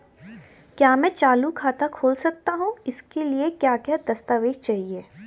क्या मैं चालू खाता खोल सकता हूँ इसके लिए क्या क्या दस्तावेज़ चाहिए?